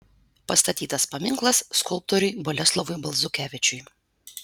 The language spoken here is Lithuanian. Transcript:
pastatytas paminklas skulptoriui boleslovui balzukevičiui